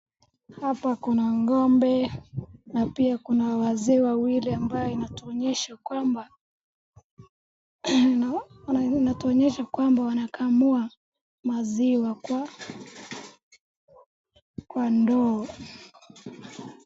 Hapa kuna ngombe na pia kuna wazee wawili ambaye inatuonyesha kwamba wanakamua maziwa kwa ndoo.